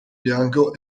bianco